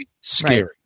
scary